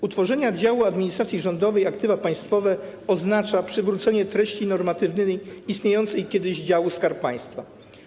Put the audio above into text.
Utworzenie działu administracji rządowej aktywa państwowe oznacza przywrócenie treści normatywnej istniejącego kiedyś działu Skarb Państwa.